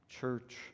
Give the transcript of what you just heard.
church